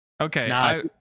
Okay